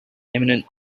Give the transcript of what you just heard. eminent